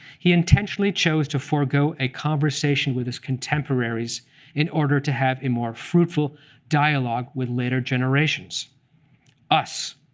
he intentionally chose to forgo a conversation with his contemporaries in order to have a more fruitful dialogue with later generations us,